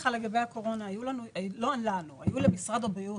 לגבי הקורונה אני רוצה להגיד לך שהיו למשרד הבריאות